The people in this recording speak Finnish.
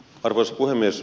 arvoisa puhemies